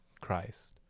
Christ